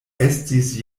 estis